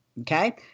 okay